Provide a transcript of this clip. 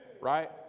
right